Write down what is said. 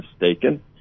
mistaken